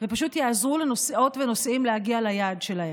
ופשוט יעזרו לנוסעות ולנוסעים להגיע ליעד שלהם.